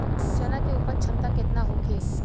चना के उपज क्षमता केतना होखे?